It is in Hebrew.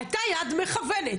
הייתה יד מכוונת,